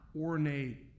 ornate